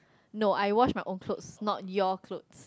no I wash my own cloths not your cloth